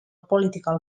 political